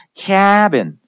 cabin